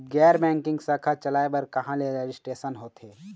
गैर बैंकिंग शाखा चलाए बर कहां ले रजिस्ट्रेशन होथे?